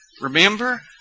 Remember